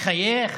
מחייך,